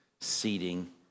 seating